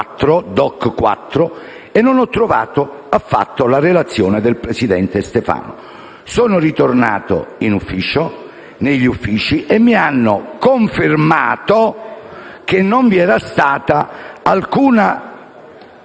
e non ho trovato affatto la relazione del presidente Stefano. Sono, quindi, ritornato presso gli Uffici, dove mi hanno confermato che non vi era stata alcuna